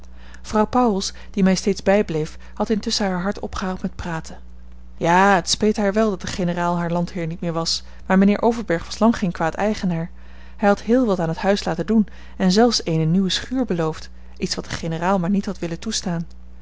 vrouw pauwels die mij steeds bijbleef had intusschen haar hart opgehaald met praten ja het speet haar wel dat de generaal haar landheer niet meer was maar mijnheer overberg was lang geen kwaad eigenaar hij had heel wat aan het huis laten doen en zelfs eene nieuwe schuur beloofd iets wat de generaal maar niet had willen toestaan